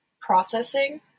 processing